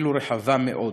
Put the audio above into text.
ואפילו רחבה מאוד,